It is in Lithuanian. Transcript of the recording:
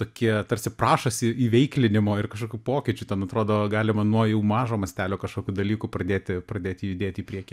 tokie tarsi prašosi įveiklinimo ir kažkokių pokyčių ten atrodo galima nuo jau mažo mastelio kažkokių dalykų pradėti pradėti judėti į priekį